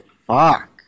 fuck